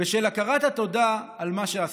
בשל הכרת התודה על מה שעשה.